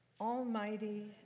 Almighty